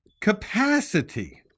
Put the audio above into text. capacity